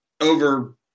over